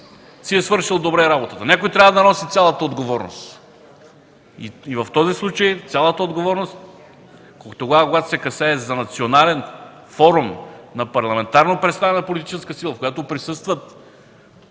си е свършил добре работата. Някой трябва да носи цялата отговорност. В този случай цялата отговорност, когато се касае за национален форум на парламентарно представена политическа сила, когато присъстват